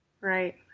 Right